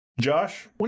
Josh